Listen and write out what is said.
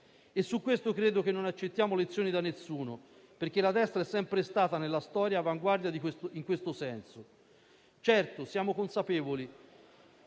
Su questo credo che non accettiamo lezioni da nessuno perché la destra è sempre stata nella storia avanguardia in questo senso. Certo, siamo consapevoli